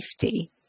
safety